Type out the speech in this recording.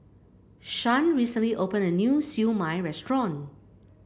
Shan recently opened a new Siew Mai restaurant